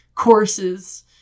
Courses